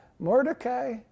Mordecai